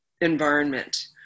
environment